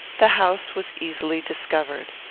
the house was easily discovered.